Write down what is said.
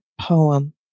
poem